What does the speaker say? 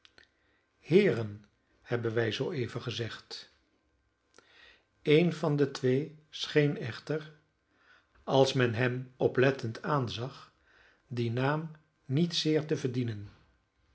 heeren hebben wij zooeven gezegd een van de twee scheen echter als men hem oplettend aanzag dien naam niet zeer te verdienen